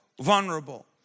vulnerable